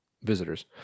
visitors